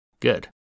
good